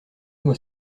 nous